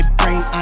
brain